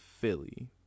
Philly